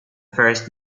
first